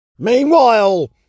Meanwhile